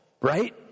right